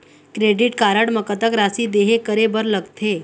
Credit card म कतक राशि देहे करे बर लगथे?